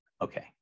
Okay